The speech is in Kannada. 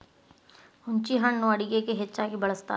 ಹುಂಚಿಹಣ್ಣು ಅಡುಗೆಗೆ ಹೆಚ್ಚಾಗಿ ಬಳ್ಸತಾರ